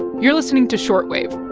you're listening to short wave